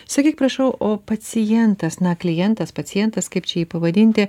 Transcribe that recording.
sakyk prašau o pacientas na klientas pacientas kaip čia jį pavadinti